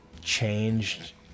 changed